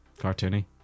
cartoony